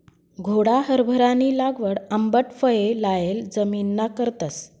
घोडा हारभरानी लागवड आंबट फये लायेल जमिनना करतस